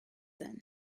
then